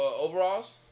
overalls